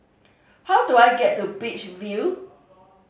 how do I get to Beach View